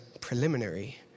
preliminary